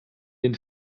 den